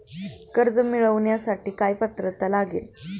कर्ज मिळवण्यासाठी काय पात्रता लागेल?